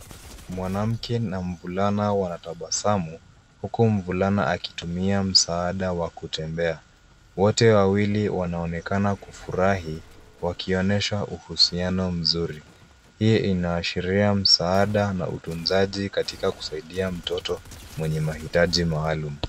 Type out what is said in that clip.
Mwanamke na mvulana wanatabasamu, huku mvulana akitumia msaada wa kutembea. Wote wawili wananaonekana kufurahi wakionyesha uhusiano mzuri. Hii inaashiria msaada na utunzaji katika kusaidia mtoto mwenye mahitaji maalum.